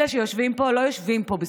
אלה שיושבים פה לא יושבים פה בזכות,